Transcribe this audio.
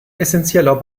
essenzieller